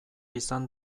izan